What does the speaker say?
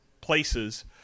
places